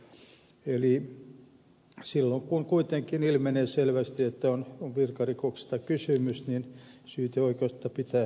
eli silloin kun kuitenkin ilmenee selvästi että on virkarikoksesta kysymys syyteoikeutta pitäisi käyttää